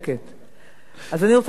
אני רוצה לפתוח בווידוי קטן.